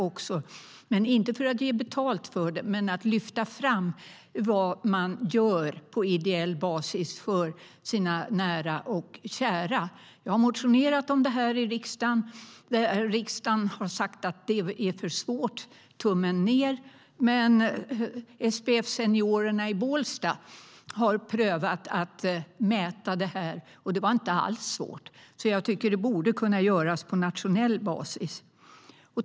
Det handlar inte om att ge betalt utan om att lyfta fram vad som görs på ideell basis för de nära och kära. Jag har väckt motioner om det i riksdagen. Riksdagen har sagt att det är för svårt, gjort tummen ned. SPF-seniorerna i Bålsta har prövat att mäta det, och det var inte alls svårt. Jag tycker därför att det borde kunna göras på nationell basis.